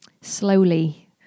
slowly